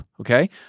Okay